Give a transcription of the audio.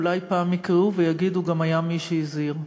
אולי פעם יקראו ויגידו: גם היה מי שהזהיר.